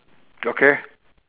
okay